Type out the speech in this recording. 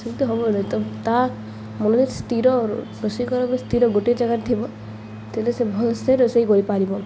ସେମତି ହେବ ତ ତା ମନରେ ସ୍ଥିର ରୋଷେଇ କରିବାକୁ ସ୍ଥିର ଗୋଟଏ ଜାଗାରେ ଥିବ ତେବେ ସେ ଭଲସେ ରୋଷେଇ କରିପାରିବ